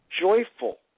joyful